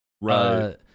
Right